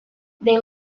they